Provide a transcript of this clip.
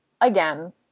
again